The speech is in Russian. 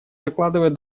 закладывает